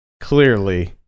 clearly